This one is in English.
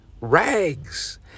rags